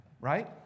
right